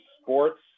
Sports